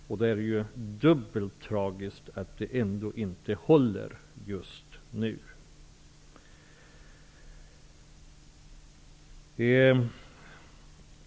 Då är det ju dubbelt tragiskt att det ändå inte håller just nu.